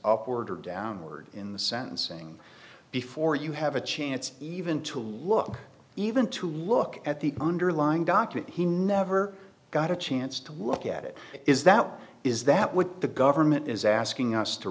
upward or downward in the sentencing before you have a chance even to look even to look at the underlying document he never got a chance to look at it is that is that what the government is asking us to